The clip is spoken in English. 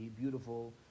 beautiful